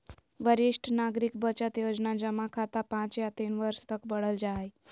वरिष्ठ नागरिक बचत योजना जमा खाता पांच या तीन वर्ष तक बढ़ल जा हइ